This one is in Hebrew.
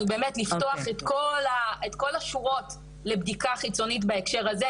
באמת לפתוח את כל השורות לבדיקה חיצונית בהקשר הזה,